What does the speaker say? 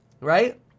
right